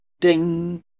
Ding